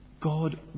God